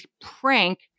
prank